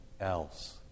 else